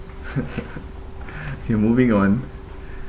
okay moving on